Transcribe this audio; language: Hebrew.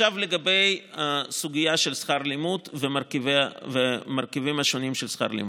לגבי סוגיית שכר הלימוד והמרכיבים השונים של שכר הלימוד: